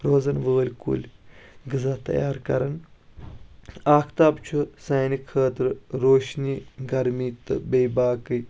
روزان وألۍ کُلۍ غٔذا تیار کران آختاب چھُ سانہِ خأطرٕ روشنی گرمی تہٕ بیٚیہِ باقے